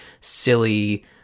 silly